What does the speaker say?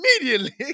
immediately